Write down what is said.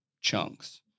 chunks